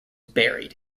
buried